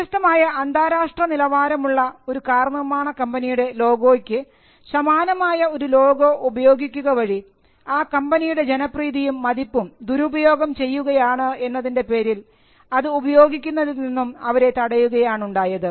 പ്രശസ്തമായ അന്താരാഷ്ട്ര നിലവാരമുള്ള ഒരു കാർ നിർമ്മാണ കമ്പനിയുടെ ലോഗോയ്ക്ക് സമാനമായ ഒരു ലോഗോ ഉപയോഗിക്കുക വഴി ആ കമ്പനിയുടെ ജനപ്രീതിയും മതിപ്പും ദുരുപയോഗം ചെയ്യുകയാണ് എന്നതിൻറെ പേരിൽ അത് ഉപയോഗിക്കുന്നതിൽ നിന്നും അവരെ തടയുകയാണ് ഉണ്ടായത്